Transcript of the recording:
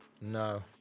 No